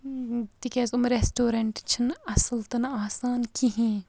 تِکیازِ یِم ریسٹورینٛٹ چھِنہٕ اَصٕل تِنہٕ آسان کِہیٖنۍ